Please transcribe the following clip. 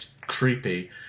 creepy